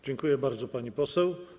Dziękuję bardzo, pani poseł.